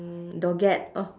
dogat oh